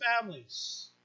families